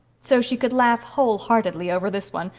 so she could laugh wholeheartedly over this one,